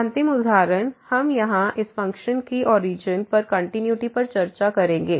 अंतिम उदाहरण हम यहां इस फ़ंक्शन की ओरिजन पर कंटिन्यूटी पर चर्चा करेंगे